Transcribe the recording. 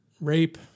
Rape